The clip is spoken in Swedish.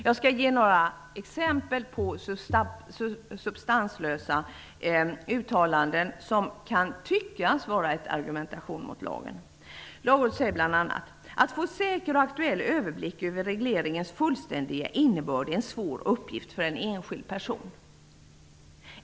Jag skall ge några exempel på substanslösa uttalanden, som kan tyckas vara argument mot lagen. Lagrådet säger bl.a.: Att få en säker och aktuell överblick över regleringens fullständiga innebörd är en svår uppgift för en enskild person.